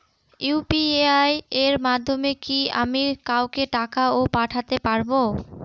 UPI এর মাধ্যমে কি আমি কাউকে টাকা ও পাঠাতে পারবো?